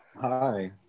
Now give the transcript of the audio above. hi